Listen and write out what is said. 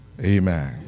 Amen